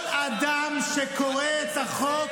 אל תדבר --- כל אדם שקורא את החוק